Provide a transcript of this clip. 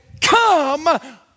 come